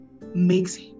makes